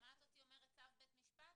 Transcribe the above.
שמעת אותי אומרת צו בית משפט?